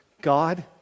God